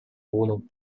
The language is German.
wohnung